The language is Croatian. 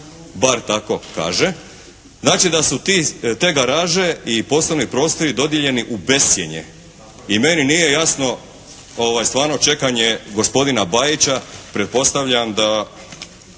bar tako kaže. Znači da su ti, te garaže i poslovni prostori dodijeljeni u bescijenje i meni nije jasno stvarno čekanje gospodina Bajića. Pretpostavljam da